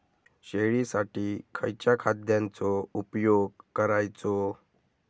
शेळीसाठी खयच्या खाद्यांचो उपयोग करायचो?